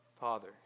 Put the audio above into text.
Father